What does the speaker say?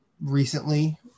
recently